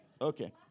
Okay